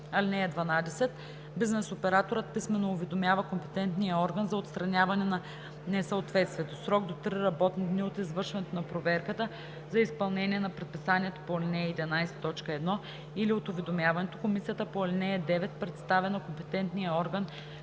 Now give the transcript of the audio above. (12) Бизнес операторът писмено уведомява компетентния орган за отстраняване на несъответствието. В срок до три работни дни от извършването на проверката за изпълнение на предписанието по ал. 11, т. 1 или от уведомяването, комисията по ал. 9 представя на компетентния орган